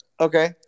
Okay